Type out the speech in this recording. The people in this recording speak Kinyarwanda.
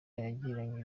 yagiranye